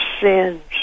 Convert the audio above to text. sins